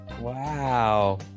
Wow